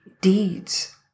deeds